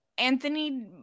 Anthony